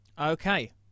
Okay